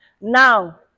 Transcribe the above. Now